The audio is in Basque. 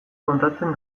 kontatzen